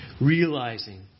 Realizing